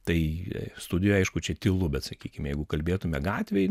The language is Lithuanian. tai studijoj aišku čia tylu bet sakykim jeigu kalbėtume gatvėj